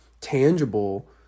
tangible